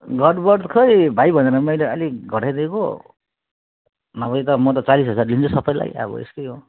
घटबड खै भाइ भनेर मैले अलिक घटाइदिएको नभए त म त चालिस हजार लिन्छु सबैलाई अब यस्तै हो